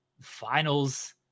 finals